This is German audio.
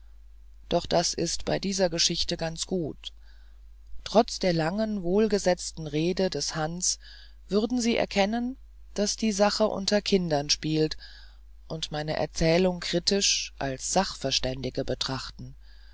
doch das ist bei dieser geschichte ganz gut trotz der langen wohlgesetzten rede des hans würden sie erkennen daß die sache unter kindern spielt und meine erzählung kritisch als sachverständige betrachten